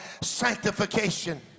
sanctification